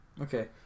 Okay